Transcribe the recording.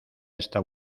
esta